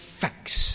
facts